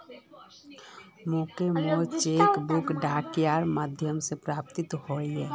मोक मोर cheque book डाकेर माध्यम से प्राप्त होइए